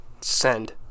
Send